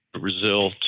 Brazil